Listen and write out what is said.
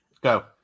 go